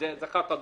זו אחת הדוגמאות.